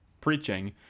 preaching